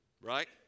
Right